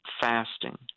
fasting